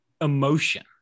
emotion